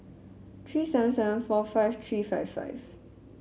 three seven seven four five three five five